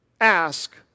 ask